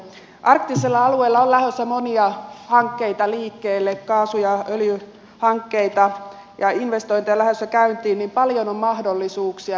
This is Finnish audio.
arktisella alueella on lähdössä monia hankkeita liikkeelle kaasu ja öljyhankkeita ja investointeja on lähdössä käyntiin niin että paljon on mahdollisuuksia